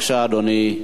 בבקשה, אדוני.